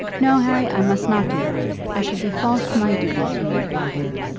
no, harry i must not do that. i should be false to my duty to you if i did.